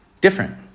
different